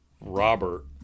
Robert